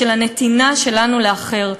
הנתינה שלנו לאחר.